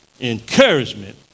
encouragement